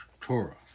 Torah